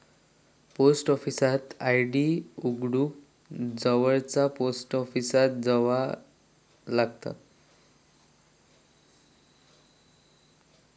post ऑफिसात RD उघडूक जवळचा पोस्ट ऑफिसात जावा लागता